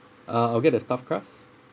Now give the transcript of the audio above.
uh I'll get the stuffed crust